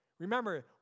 Remember